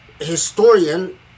historian